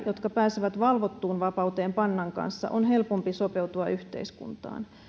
jotka pääsevät valvottuun vapauteen pannan kanssa on helpompi sopeutua yhteiskuntaan